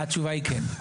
התשובה היא כן.